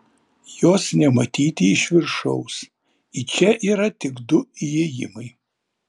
jos nematyti iš viršaus į čia yra tik du įėjimai